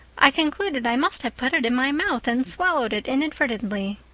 i concluded i must have put it in my mouth and swallowed it inadvertently.